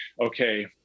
Okay